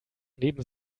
neben